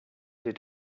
did